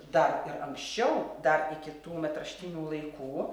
dar ir anksčiau dar iki tų metraštinių laikų